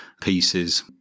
pieces